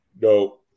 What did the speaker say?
no